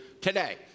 today